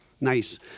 nice